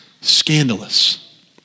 scandalous